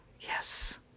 Yes